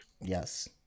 yes